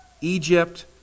Egypt